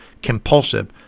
compulsive